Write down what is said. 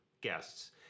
guests